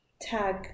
tag